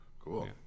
cool